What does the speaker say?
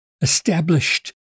established